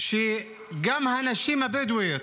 שגם הנשים הבדואיות,